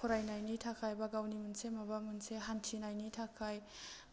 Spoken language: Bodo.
फरायनायनि थाखाय बा गावनि मोनसे माबा मोनसे हान्थिनायनि थाखाय